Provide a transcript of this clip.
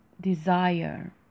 desire